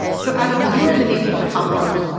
so, adam, you were in the navy for how long?